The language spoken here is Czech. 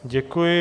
Děkuji.